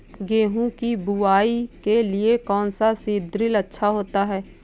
गेहूँ की बुवाई के लिए कौन सा सीद्रिल अच्छा होता है?